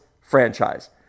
franchise